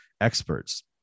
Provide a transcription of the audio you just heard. experts